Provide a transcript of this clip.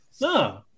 No